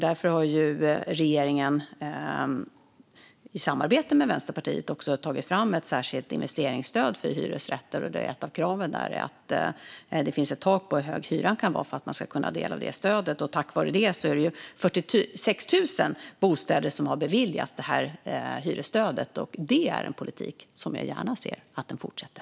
Därför har regeringen i samarbete med Vänsterpartiet också tagit fram ett särskilt investeringsstöd för hyresrätter, där ett av kraven är att det finns ett tak på hur hög hyran kan vara för att man ska kunna få del av stödet. Tack vare det har 46 000 bostäder beviljats detta hyresstöd, och det är en politik som jag gärna ser att den fortsätter.